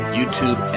YouTube